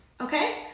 okay